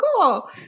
cool